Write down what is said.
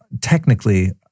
Technically